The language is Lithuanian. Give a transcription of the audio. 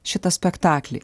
šitą spektaklį